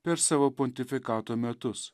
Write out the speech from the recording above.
per savo pontifikato metus